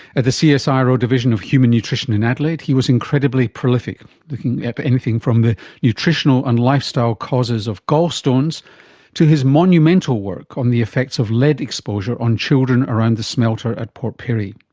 at the so csiro division of human nutrition in adelaide he was incredibly prolific, looking at anything from the nutritional and lifestyle causes of gallstones to his monumental work on the effects of lead exposure on children around the smelter at port pirie.